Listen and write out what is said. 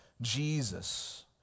Jesus